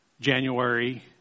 January